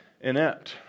inept